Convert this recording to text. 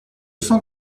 cent